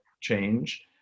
change